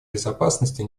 безопасности